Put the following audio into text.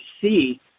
see